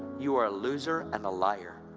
you are a loser and a liar,